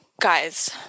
guys